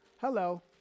Hello